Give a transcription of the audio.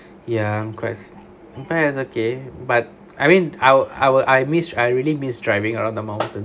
ya I'm quite okay but I mean I'll I'll I miss I really miss driving around the mountain